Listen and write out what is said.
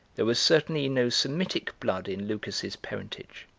there was certainly no semitic blood in lucas's parentage,